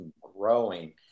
growing